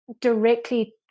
directly